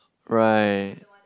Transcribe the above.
right